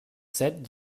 set